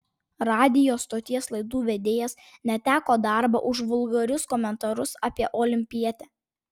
radijo stoties laidų vedėjas neteko darbo už vulgarius komentarus apie olimpietę